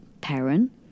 parent